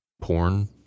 porn